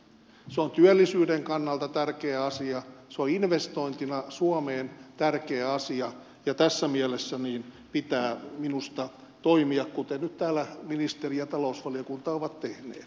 se on työllisyyden kannalta tärkeä asia se on investointina suomeen tärkeä asia ja tässä mielessä pitää minusta toimia kuten nyt täällä ministeri ja talousvaliokunta ovat tehneet